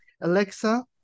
Alexa